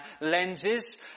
lenses